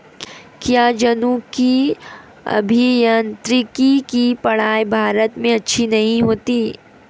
क्या जनुकीय अभियांत्रिकी की पढ़ाई भारत में अच्छी नहीं होती?